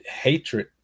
hatred